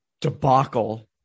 debacle